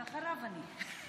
ואחריו אני.